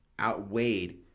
outweighed